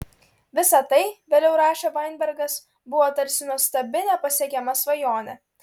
visa tai vėliau rašė vainbergas buvo tarsi nuostabi nepasiekiama svajonė